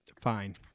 Fine